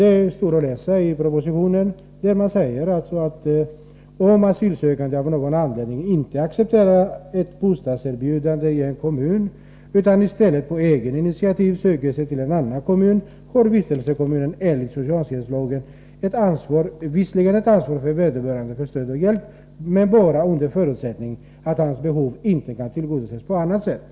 Det står att läsa i propositionen, där man säger att om asylsökande av någon anledning inte accepterar ett bostadserbjudande i en kommun utan i stället på eget initiativ söker sig till en annan kommun, har vistelsekommunen enligt socialtjänstlagen visserligen ett ansvar för vederbörande för stöd och hjälp, men bara under förutsättning att hans behov inte kan tillgodoses på annat sätt.